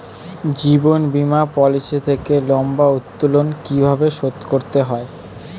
জীবন বীমা পলিসি থেকে লম্বা উত্তোলন কিভাবে শোধ করতে হয়?